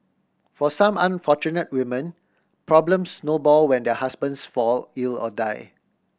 for some unfortunate women problems snowball when their husbands fall ill or die